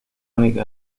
única